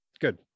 good